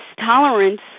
tolerance